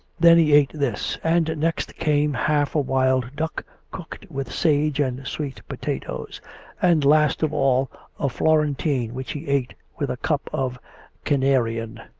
then he ate this and next came half a wild-duck cooked with sage and sweet potatoes' and last of all a florentine which he ate with a cup of canarian.